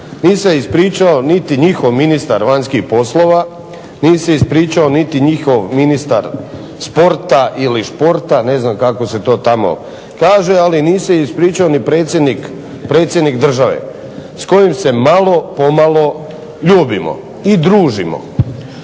Nije se ispričao niti njihov ministar vanjskih poslova, nije se ispričao niti njihov ministar sporta ili športa ne znam kako se to tamo kaže, ali nije se ispričao ni predsjednik države s kojim se malo pomalo ljubimo i družimo.